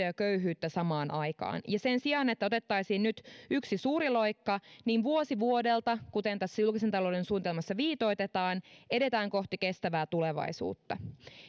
ja köyhyyttä samaan aikaan ja sen sijaan että otettaisiin nyt yksi suuri loikka niin vuosi vuodelta kuten tässä julkisen talouden suunnitelmassa viitoitetaan edetään kohti kestävää tulevaisuutta